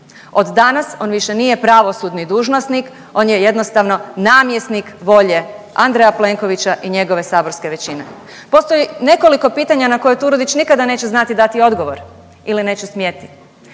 Od danas on više nije pravosudni dužnosnik, on je jednostavno namjesnik volje Andreja Plenkovića i njegove saborske većine. Postoji nekoliko pitanja na koje Turudić nikada neće znati dati odgovor ili neće smjeti.